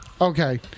Okay